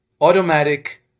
automatic